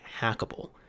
hackable